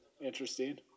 interesting